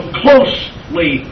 closely